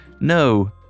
no